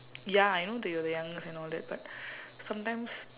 ya you know that you are the youngest and all that but sometimes